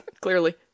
Clearly